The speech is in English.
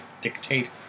dictate